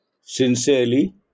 sincerely